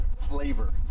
flavor